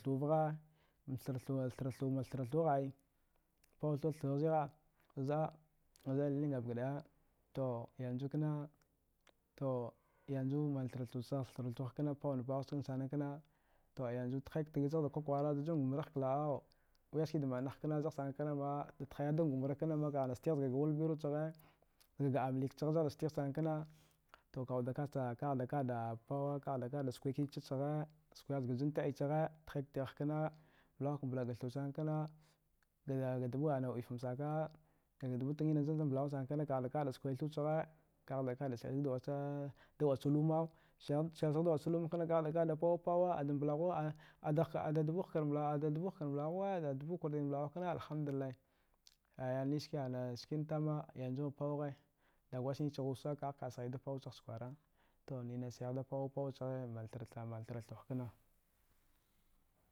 Thuvagha mthraththu thraththu thrathughai, paw thraththughzigha zd̀a. zd̀a. lilinge gabakad̀aya to yanzu kana to yanzu manthrach thughkana pawna pawgh chkansanakana to ayanzu thaikatagagh zada kwakwara dajun gambragh kla. au wiyah skidamanah kana zaghsana knama da thighdan gombra kanama kaghda stigh zgaga walbiru chghe zgaga amlik chghre zaghda stigh sana kana kawudda kada kaghda kada pawa kaghda kada skwi kicha chaghe, skigh zga jintad̀e chaghe thiktagaghkana mblaghukmbla ga thusana kana daga dubu ana wu. ifamsaka ga dbu dgina zanmblaghu sanakana kaghda kada skwai thuchghe kaghda kada saisagda wach luma selchaghda wach luma kana kaghda kada pawu pawa ada mblaghuwa. a ada dbu hkar mblaghuwa ada dbu kwartin mblaghukana alhamdulilai aya niskina ana skina tama yanzu pawghe, gada wasnichagh wusa kaghka sghida pau chagcha kwarato ninasaighda pawupaw chaghe manthracha manthrach thuwagh kna